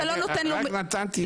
תודה רבה לכולם, ולכל מי שהגיע לכאן.